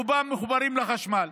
רובם מחוברים לחשמל,